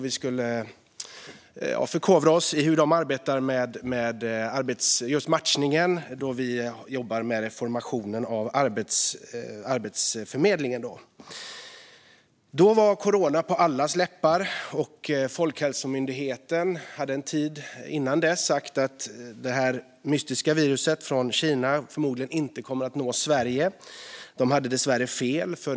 Vi skulle förkovra oss i hur de arbetar med matchningen för att dra nytta av det när vi jobbar med reformeringen av Arbetsförmedlingen. Då var corona på allas läppar. Folkhälsomyndigheten hade en tid innan dess sagt att det mystiska viruset från Kina förmodligen inte skulle komma att nå Sverige. De hade dessvärre fel.